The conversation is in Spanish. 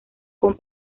con